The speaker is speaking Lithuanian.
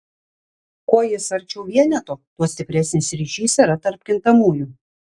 kuo jis arčiau vieneto tuo stipresnis ryšys yra tarp kintamųjų